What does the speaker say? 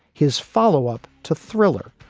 his follow up to thriller,